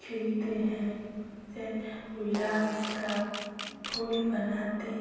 खिलते हैं चाहे गुलाब का फूल बनाती